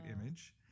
image